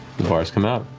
the bars come out.